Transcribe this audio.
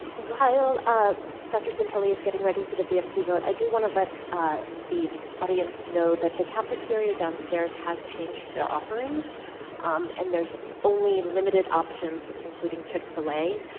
while ah dr. santoli is getting ready for the vfc vote i do want to let the audience know that the cafeteria downstairs has changed their offerings and there's only limited options, including chick-fil-a.